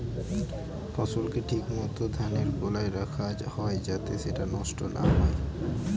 ফসলকে ঠিক মত ধানের গোলায় রাখা হয় যাতে সেটা নষ্ট না হয়